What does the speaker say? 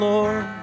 Lord